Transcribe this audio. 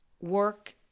work